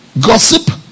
Gossip